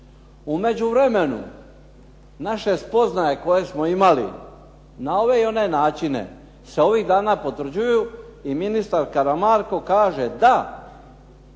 U međuvremenu naše spoznaje koje smo imali na ove i one načine se ovih dana potvrđuju i ministar Karamarko kaže da,